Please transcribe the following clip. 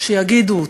שיגידו אותה.